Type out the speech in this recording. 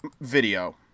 video